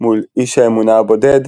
מול "איש האמונה הבודד",